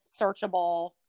searchable